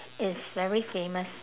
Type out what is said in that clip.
it's very famous